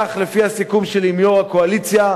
כך לפי הסיכום שלי עם יושב-ראש הקואליציה,